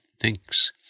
thinks